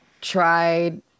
tried